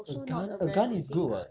a gun a gun is good [what]